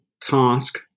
task